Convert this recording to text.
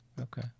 Okay